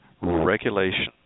regulation